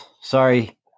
Sorry